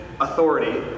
authority